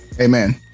Amen